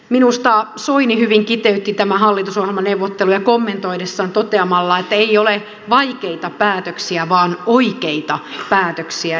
minusta soini hyvin kiteytti tämän hallitusohjelmaneuvotteluja kommentoidessaan toteamalla että ei ole vaikeita päätöksiä vaan oikeita päätöksiä